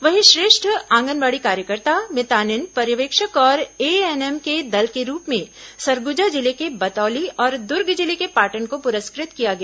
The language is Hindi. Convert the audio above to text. वहीं श्रेष्ठ आंगनबाड़ी कार्यकर्ता मितानिन पर्यवेक्षक और एएनएम के दल के रूप में सरगुजा जिले के बतौली और दुर्ग जिले के पाटन को पुरस्कृत किया गया